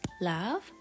love